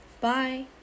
Bye